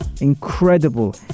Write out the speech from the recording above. incredible